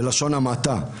בלשון המעטה.